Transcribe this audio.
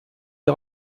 les